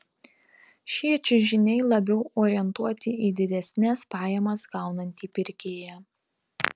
šie čiužiniai labiau orientuoti į didesnes pajamas gaunantį pirkėją